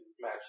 match